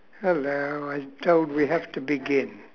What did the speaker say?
hello I thought we have to begin